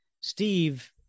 Steve